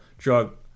Drug